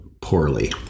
poorly